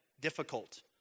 difficult